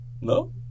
No